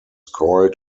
coiled